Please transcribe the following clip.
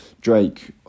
Drake